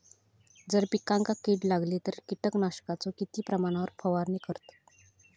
जर पिकांका कीड लागली तर कीटकनाशकाचो किती प्रमाणावर फवारणी करतत?